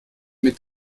mit